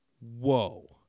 whoa